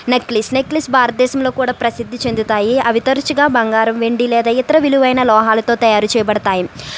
necklace necklace భారతదేశంలో కూడా ప్రసిద్ధి చెందుతాయి అవి తరచుగా బంగారం వెండి లేదా ఇతర విలువైన లోహాలతో తయారు చేయబడతాయి